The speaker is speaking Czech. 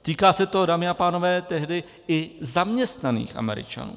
Týká se to, dámy a pánové, tehdy i zaměstnaných Američanů.